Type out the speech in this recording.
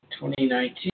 2019